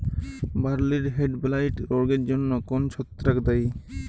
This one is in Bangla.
বার্লির হেডব্লাইট রোগের জন্য কোন ছত্রাক দায়ী?